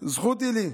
זכות היא לי.